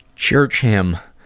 church hymn.